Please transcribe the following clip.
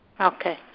Okay